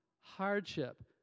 hardship